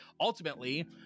ultimately